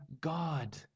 God